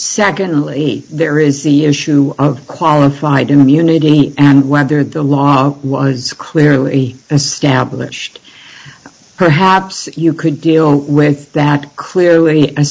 secondly there is the issue of qualified immunity and whether the law was clearly established perhaps you could deal with that clearly a